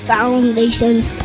Foundations